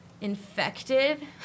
infected